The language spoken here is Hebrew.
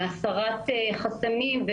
להסרת חסמים,